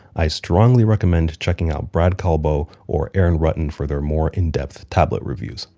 i strongly recommend checking out brad colbow or aaron rutten for their more in-depth tablet reviews.